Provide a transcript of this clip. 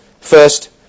First